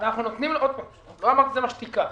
לא אמרתי שזה מה שתיקח.